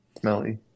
smelly